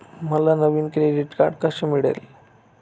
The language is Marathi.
मला नवीन क्रेडिट कार्ड कसे मिळेल?